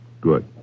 Good